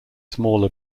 smaller